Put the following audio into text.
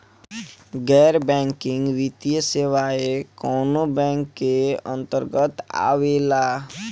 गैर बैंकिंग वित्तीय सेवाएं कोने बैंक के अन्तरगत आवेअला?